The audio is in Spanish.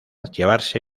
llevarse